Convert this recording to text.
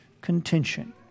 contention